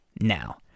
Now